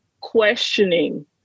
questioning